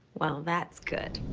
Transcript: well, that's good.